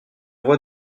voit